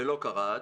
ולא קראת,